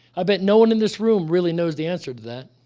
i bet no one in this room really knows the answer to that.